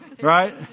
Right